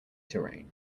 terrain